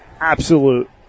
absolute